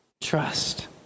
trust